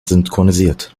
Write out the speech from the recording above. synchronisiert